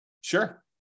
Sure